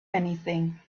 anything